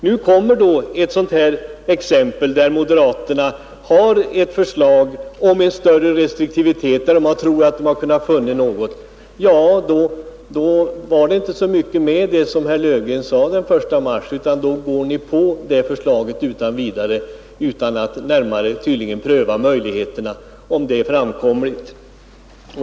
Nu kommer det första ärendet där moderaterna har ett förslag till en större restriktivitet, som de tror vara möjlig. Då är det inte så mycket med det som herr Löfgren sade den 1 mars. Ni går på det förslaget utan vidare, utan att närmare pröva om det är en framkomlig utväg, allt för att visa borgerlig enighet.